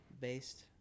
based